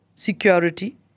security